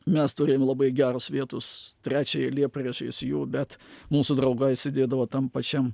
mes turėjom labai geros vietos trečia eilė priešais jų bet mūsų draugai sėdėdavo tam pačiam